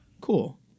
cool